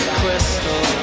crystal